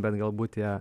bet galbūt tie